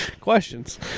questions